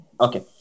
Okay